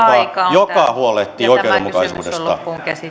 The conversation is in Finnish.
joka huolehtii oikeudenmukaisuudesta